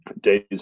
days